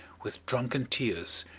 with drunken tears,